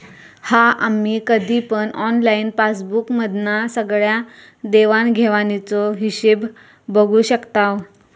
हा आम्ही कधी पण ऑनलाईन पासबुक मधना सगळ्या देवाण घेवाणीचो हिशोब बघू शकताव